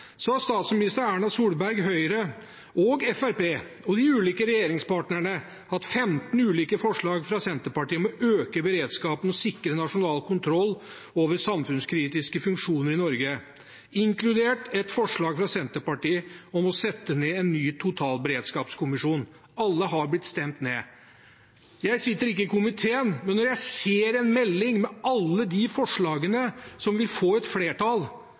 har statsminister Erna Solberg, Høyre, Fremskrittspartiet og de ulike regjeringspartnerne fått 15 ulike forslag fra Senterpartiet om å øke beredskapen og sikre nasjonal kontroll over samfunnskritiske funksjoner i Norge, inkludert et forslag fra Senterpartiet om å sette ned en ny totalberedskapskommisjon. Alle er blitt stemt ned. Jeg sitter ikke i komiteen, men når jeg ser en melding med alle de forslagene som vil få et flertall,